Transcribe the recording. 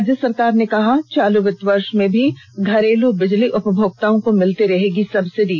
राज्य सरकार ने कहा चालू वित्तीय वर्ष में भी घरेलू बिजली उपभोक्ताओं को मिलती रहेगी सब्सिडी